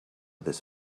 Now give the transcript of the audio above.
this